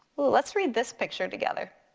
let's read this picture together.